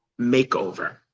makeover